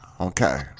Okay